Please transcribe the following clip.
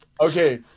Okay